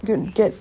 you would get